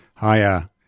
Hiya